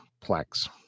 Plex